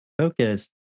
focus